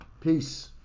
peace